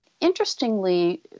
Interestingly